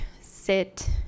sit